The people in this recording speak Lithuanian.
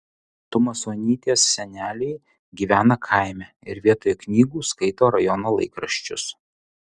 tumasonytės seneliai gyvena kaime ir vietoj knygų skaito rajono laikraščius